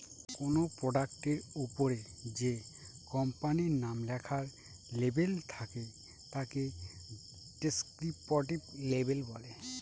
কোনো প্রোডাক্টের ওপরে যে কোম্পানির নাম লেখার লেবেল থাকে তাকে ডেস্ক্রিপটিভ লেবেল বলে